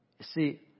See